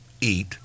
eat